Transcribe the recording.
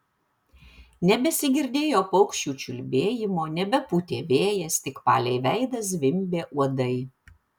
nebesigirdėjo paukščių čiulbėjimo nebepūtė vėjas tik palei veidą zvimbė uodai